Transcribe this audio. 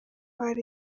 hari